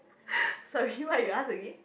sorry what you ask again